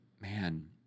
man